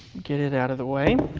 get it out of the way.